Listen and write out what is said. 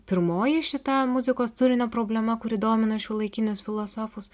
pirmoji šita muzikos turinio problema kuri domina šiuolaikinius filosofus